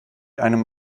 einem